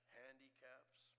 handicaps